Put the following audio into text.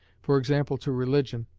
for example to religion,